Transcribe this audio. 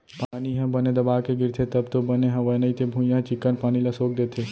पानी ह बने दबा के गिरथे तब तो बने हवय नइते भुइयॉं ह चिक्कन पानी ल सोख देथे